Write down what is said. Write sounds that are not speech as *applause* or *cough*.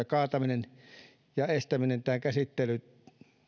*unintelligible* kaataminen ja estäminen nimenomaan tällä tavalla tämä käsittely